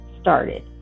started